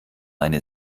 eine